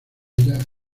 ella